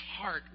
heart